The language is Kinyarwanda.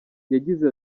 yagize